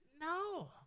No